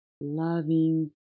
loving